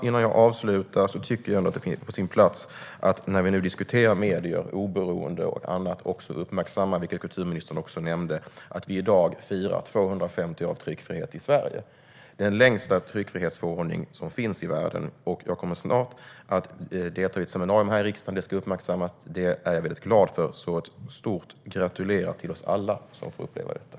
Innan jag avslutar tycker jag att det är på sin plats - när vi nu diskuterar medier, oberoende och annat - att uppmärksamma, vilket kulturministern också gjorde, att vi i dag firar 250 år med tryckfrihet i Sverige. Det är den tryckfrihetsförordning i världen som funnits längst. Jag kommer snart att delta i ett seminarium här i riksdagen där det ska uppmärksammas. Det är jag väldigt glad för. Jag säger: Stort grattis till oss alla som får uppleva detta!